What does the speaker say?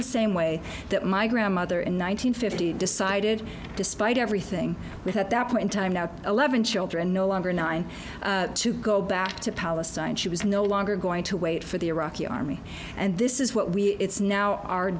the same way that my grandmother in one nine hundred fifty decided despite everything with at that point in time now eleven children no longer nine to go back to palestine she was no longer going to wait for the iraqi army and this is what we it's now our